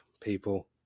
people